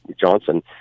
Johnson